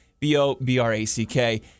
B-O-B-R-A-C-K